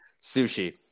sushi